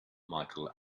micheal